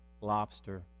lobster